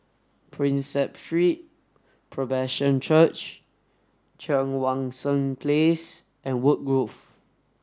Prinsep Street Presbyterian Church Cheang Wan Seng Place and Woodgrove